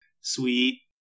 Sweet